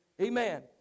Amen